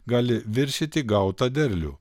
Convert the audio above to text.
gali viršyti gautą derlių